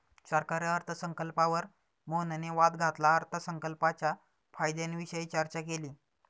सरकारी अर्थसंकल्पावर मोहनने वाद घालत अर्थसंकल्पाच्या फायद्यांविषयी चर्चा केली